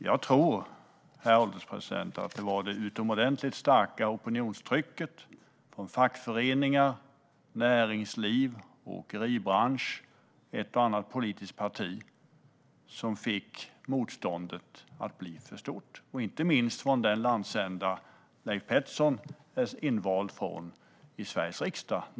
Jag tror att det var det utomordentligt starka opinionstrycket från fackföreningar, näringsliv, åkeribransch och ett och annat politiskt parti som fick motståndet att bli för stort, inte minst från den landsända, norra Sverige, som Leif Pettersson är invald från till riksdagen.